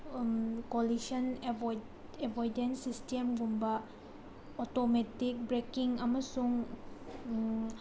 coalition avoid avoidance ꯁꯤꯁꯇꯦꯟꯁꯒꯨꯝꯕ automatic braking ꯑꯃꯁꯨꯡ